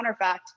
counterfact